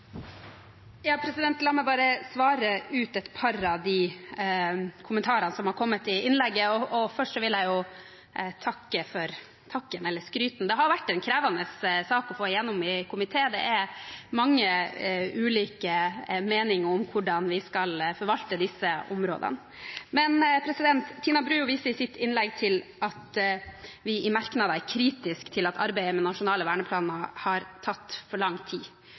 kommet til innlegget. Først vil jeg takke for skryt. Dette har vært en krevende sak å få gjennom i komiteen. Det er mange ulike meninger om hvordan vi skal forvalte disse områdene. Representanten Tina Bru viste i sitt innlegg til at vi i merknader er kritisk til at arbeidet med nasjonale verneplaner har tatt for lang tid.